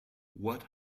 what